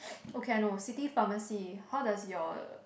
okay I know city pharmacy how does your